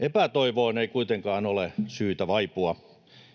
Epätoivoon ei kuitenkaan ole syytä vaipua.